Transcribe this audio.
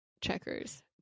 checkers